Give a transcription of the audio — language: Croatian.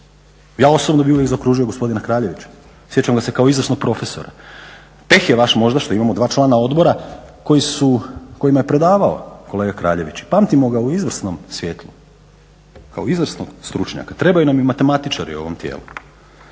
osobno zaokružio gospodina Kraljevića, sjećam ga se kao izvrsnog profesora. Peh je vaš možda što imamo dva člana odbora kojima je predavao kolega Kraljević i pamtimo ga u izvrsnom svjetlu kao izvrsnog stručnjaka. Trebaju nam i matematičari u ovom tijelu.